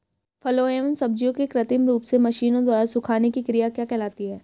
फलों एवं सब्जियों के कृत्रिम रूप से मशीनों द्वारा सुखाने की क्रिया क्या कहलाती है?